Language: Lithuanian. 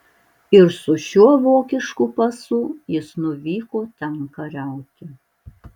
ir su šiuo vokišku pasu jis nuvyko ten kariauti